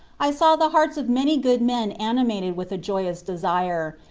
i saw the hearts of many good men animated with a joyous desire,